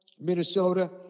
Minnesota